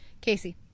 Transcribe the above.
casey